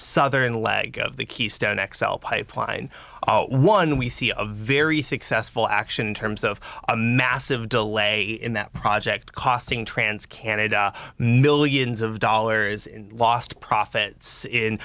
southern leg of the keystone x l pipeline one we see a very successful action in terms of a massive delay in that project costing trans canada millions of dollars in lost profits in